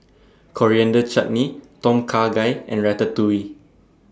Coriander Chutney Tom Kha Gai and Ratatouille